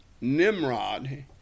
Nimrod